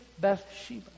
Bathsheba